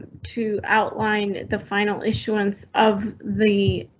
to outline the final issuance of the